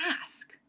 ask